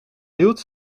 hield